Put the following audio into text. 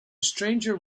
stranger